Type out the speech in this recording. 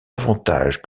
avantage